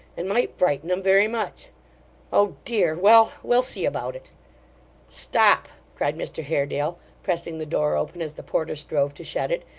and might frighten em very much oh dear well we'll see about it stop! cried mr haredale, pressing the door open as the porter strove to shut it,